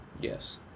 Yes